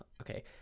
okay